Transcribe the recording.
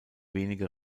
wenige